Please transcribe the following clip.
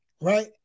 Right